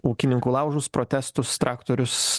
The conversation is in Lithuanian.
ūkininkų laužus protestus traktorius